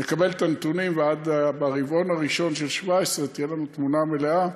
נקבל את הנתונים וברבעון הראשון של 2017 תהיה לנו תמונה מלאה,